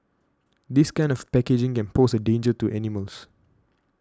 this kind of packaging can pose a danger to animals